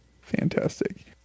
Fantastic